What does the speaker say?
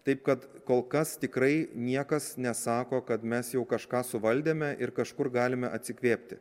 taip kad kol kas tikrai niekas nesako kad mes jau kažką suvaldėme ir kažkur galime atsikvėpti